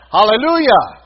Hallelujah